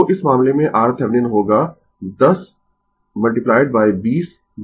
तो इस मामले में RThevenin होगा 10 2010 20